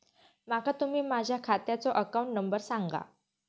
माका तुम्ही माझ्या खात्याचो अकाउंट नंबर सांगा?